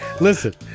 listen